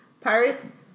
Pirates